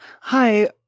Hi